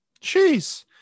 Jeez